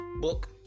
book